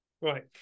Right